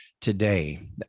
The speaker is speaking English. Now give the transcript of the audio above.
today